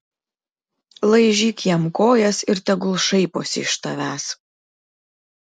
laižyk jam kojas ir tegul šaiposi iš tavęs